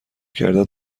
کردت